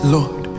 Lord